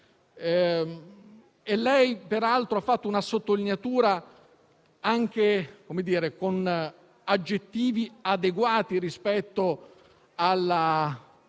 ha fatto una sottolineatura anche con aggettivi adeguati rispetto all'uscita